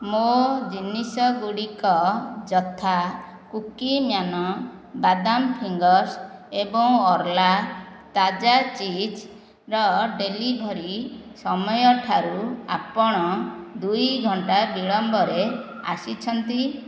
ମୋ ଜିନିଷ ଗୁଡ଼ିକ ଯଥା କୁକି ମ୍ୟାନ ବାଦାମ ଫିଙ୍ଗର୍ସ୍ ଏବଂ ଅର୍ଲା ତାଜା ଚିଜ୍ର ଡେଲିଭରି ସମୟଠାରୁ ଆପଣ ଦୁଇ ଘଣ୍ଟା ବିଳମ୍ବରେ ଆସିଛନ୍ତି